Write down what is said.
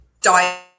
diet